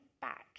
back